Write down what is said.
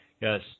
Yes